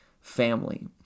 family